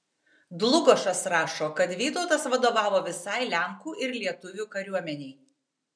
dlugošas rašo kad vytautas vadovavo visai lenkų ir lietuvių kariuomenei